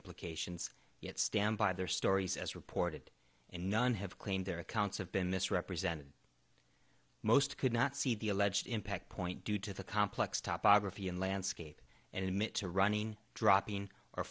implications yet stand by their stories as reported and none have claimed their accounts have been misrepresented most could not see the alleged impact point due to the complex topic and landscape and admit to running dropping or